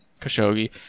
Khashoggi